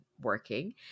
working